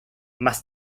más